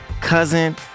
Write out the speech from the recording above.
cousin